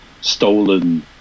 stolen